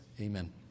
Amen